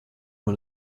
man